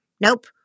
nope